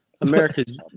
America's